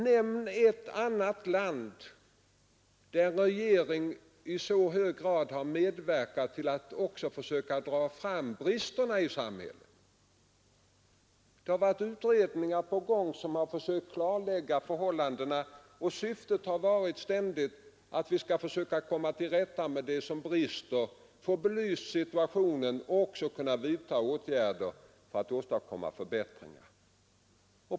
Nämn ett annat land där regeringen i så hög grad medverkat till att också försöka visa bristerna i samhället! Det har varit utredningar för att klarlägga förhållandena på många områden. Syftet har ständigt varit att försöka komma till rätta med det som brister, få situationen belyst och kunna vidta åtgärder för att åstadkomma förbättringar.